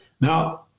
Now